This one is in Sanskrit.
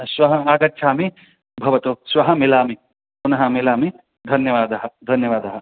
श्वः आगच्छामि भवतु श्वः मिलामि पुनः मिलामि धन्यवादः धन्यवादः